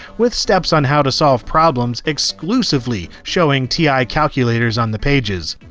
with steps on how to solve problems exclusively showing ti calculators on the pages.